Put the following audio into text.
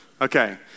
Okay